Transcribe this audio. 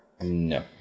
No